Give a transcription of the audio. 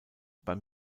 beim